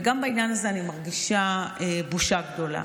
וגם בעניין הזה אני מרגישה בושה גדולה.